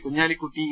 Kunhalikutty E